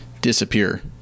Disappear